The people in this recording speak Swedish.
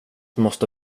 måste